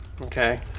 Okay